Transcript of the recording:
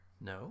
No